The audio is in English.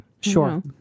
Sure